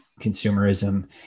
consumerism